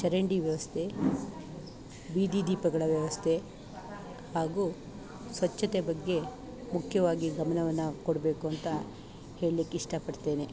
ಚರಂಡಿ ವ್ಯವಸ್ಥೆ ಬೀದಿ ದೀಪಗಳ ವ್ಯವಸ್ಥೆ ಹಾಗೂ ಸ್ವಚ್ಛತೆ ಬಗ್ಗೆ ಮುಖ್ಯವಾಗಿ ಗಮನವನ್ನು ಕೊಡಬೇಕು ಅಂತ ಹೇಳಿಕ್ಕೆ ಇಷ್ಟ ಪಡ್ತೇನೆ